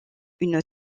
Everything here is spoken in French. une